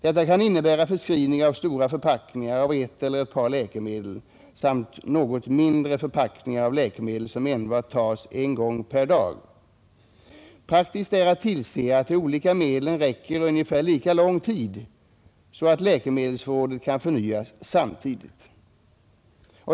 Detta kan innebära förskrivning av stora förpackningar av ett eller ett par läkemedel samt något mindre förpackningar av läkemedel som enbart tas en gång per dag. Praktiskt är att tillse att de olika medlen räcker ungefär lika lång tid, så att läkemedelsförrådet kan förnyas samtidigt.